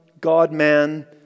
God-man